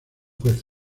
juez